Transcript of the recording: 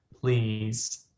Please